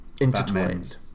intertwined